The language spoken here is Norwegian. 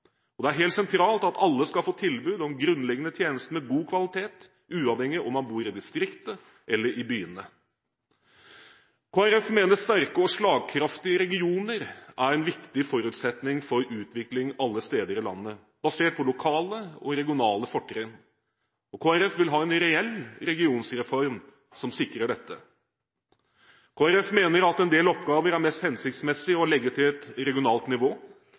Det er helt sentralt at alle skal få tilbud om grunnleggende tjenester med god kvalitet, uavhengig av om man bor i distriktene eller i byene. Kristelig Folkeparti mener at sterke og slagkraftige regioner er en viktig forutsetning for utvikling alle steder i landet, basert på lokale og regionale fortrinn. Kristelig Folkeparti vil ha en reell regionreform som sikrer dette. Kristelig Folkeparti mener en del oppgaver er mest hensiktsmessig å legge til et regionalt nivå.